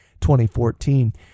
2014